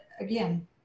again